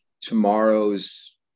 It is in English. tomorrow's